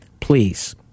please